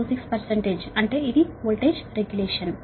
26 అంటే ఇది voltage regulation